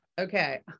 Okay